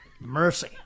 Mercy